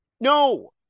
No